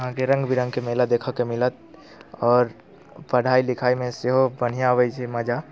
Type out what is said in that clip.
अहाँके रङ्ग बिरङ्ग के मेला देखऽके मिलत आओर पढ़ाइ लिखाइमे सेहो बढ़िआँ अबै छै मजा